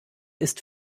ist